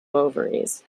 ovaries